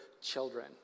children